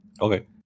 okay